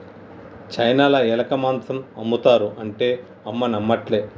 చైనాల ఎలక మాంసం ఆమ్ముతారు అంటే అమ్మ నమ్మట్లే